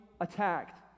attacked